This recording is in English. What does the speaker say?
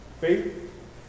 Faith